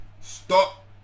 Stop